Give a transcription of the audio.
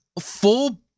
full